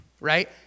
right